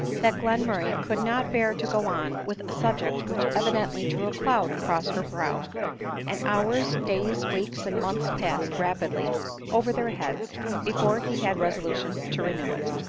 that glenmurray could not bear to go on with a subject which evidently drew a cloud across her brow and hours, days, weeks, and months passed rapidly over their heads before he had resolution to renew it.